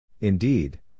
Indeed